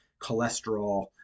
cholesterol